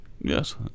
Yes